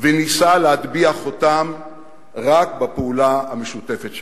וניסתה להטביע חותם רק בפעולה המשותפת שלנו,